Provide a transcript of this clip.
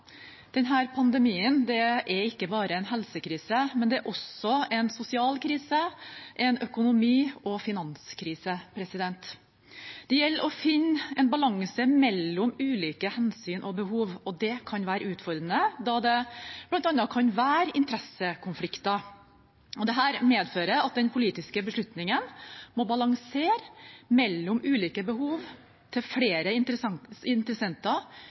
pandemien er ikke bare en helsekrise, den er også en sosial krise, en økonomisk krise og en finanskrise. Det gjelder å finne en balanse mellom ulike hensyn og behov, og det kan være utfordrende, da det bl.a. kan være interessekonflikter. Dette medfører at den politiske beslutningen må balansere mellom ulike behov til flere interessenter